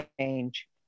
change